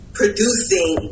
producing